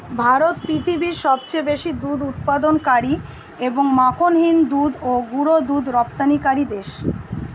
ভারত পৃথিবীর সবচেয়ে বেশি দুধ উৎপাদনকারী এবং মাখনহীন দুধ ও গুঁড়ো দুধ রপ্তানিকারী দেশ